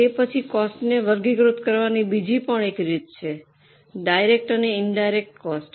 તે પછી કોસ્ટને વર્ગીકૃત કરવાની બીજી રીત છે ડાયરેક્ટ અને ઇનડાયરેક્ટ કોસ્ટ